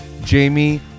Jamie